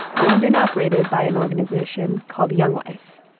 owned and operated by an organization called young life.